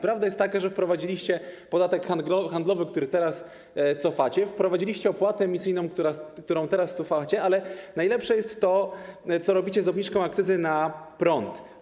Prawda jest taka, że wprowadziliście podatek handlowy, który teraz wycofujecie, wprowadziliście opłatę emisyjną, którą teraz wycofujecie, ale najlepsze jest to, co robicie z obniżką akcyzy na prąd.